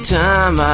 time